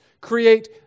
create